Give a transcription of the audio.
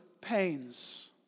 pains